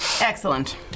Excellent